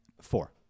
Four